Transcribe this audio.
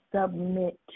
submit